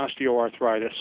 osteoarthritis